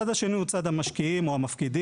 הצד השני הוא צד המשקיעים או המפקידים,